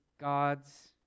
God's